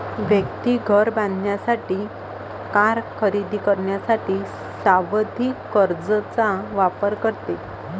व्यक्ती घर बांधण्यासाठी, कार खरेदी करण्यासाठी सावधि कर्जचा वापर करते